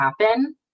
happen